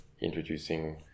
introducing